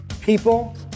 People